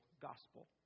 gospel